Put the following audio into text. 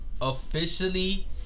officially